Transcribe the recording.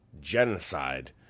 genocide